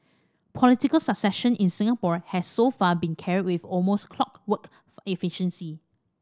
political succession in Singapore has so far been carried almost clockwork efficiency